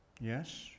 yes